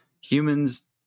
humans